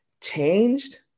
changed